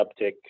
uptick